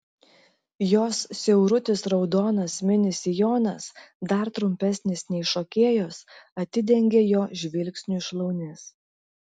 jos siaurutis raudonas mini sijonas dar trumpesnis nei šokėjos atidengia jo žvilgsniui šlaunis